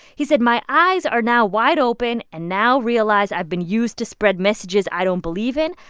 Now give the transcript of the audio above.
he said, my eyes are now wide open and now realize i've been used to spread messages i don't believe in.